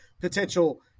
potential